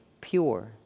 pure